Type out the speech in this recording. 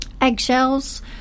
Eggshells